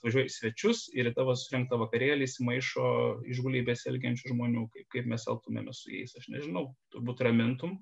atvažiuoji į svečius ir į tavo surengtą vakarėlį įsimaišo įžūliai besielgiančių žmonių kaip mes elgtumėmės su jais aš nežinau turbūt ramintum